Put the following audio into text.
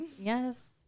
yes